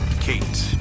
Kate